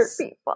people